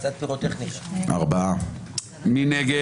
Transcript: מי נגד?